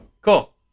Cool